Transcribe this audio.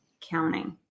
counting